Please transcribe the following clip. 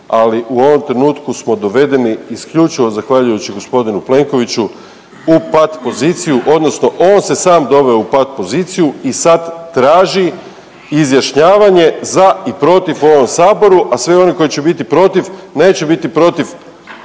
ali u ovom trenutku smo dovedeni, isključivo zahvaljujući g. Plenkoviću u pat poziciju odnosno on se sam doveo u pat poziciju i sad traži izjašnjavanje za i protiv u ovom Saboru, a sve one koji će biti protiv neće biti protiv